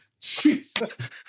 Jesus